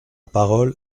parole